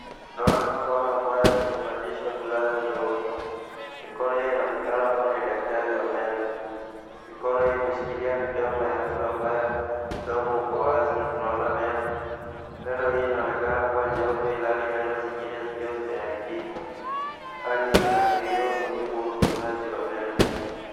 Tunaona mikono ambayo imevalishwa glavu nyeupe. Mikono hii yanaonekana kuwa ni daktari wa meno. Mikono hii yameshikilia midomo ya mtu ambaye mdomo uko wazi na tunaona meno. Meno hii inaonekana kuwa nyeupe ilhali zingine zikiwa zimeharibika. Hali hii inaashiria umuhimu wa utunzaji wa meno.